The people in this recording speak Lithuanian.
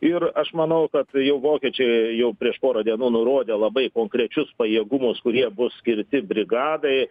ir aš manau kad jau vokiečiai jau prieš pora dienų nurodė labai konkrečius pajėgumus kurie bus skirti brigadai